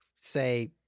say